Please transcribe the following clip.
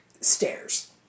stairs